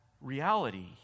reality